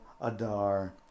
Adar